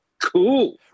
cool